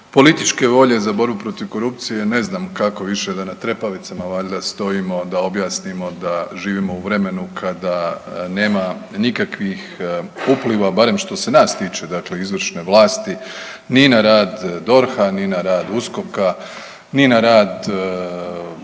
političke volje za borbu protiv korupcije, ne znam kako više da na trepavicama valjda stojimo da objasnimo da živimo u vremenu kada nema nikakvih upliva, barem što se nas tiče, dakle izvršne vlasti ni na rad DORH-a ni na rad USKOK-a, ni na rad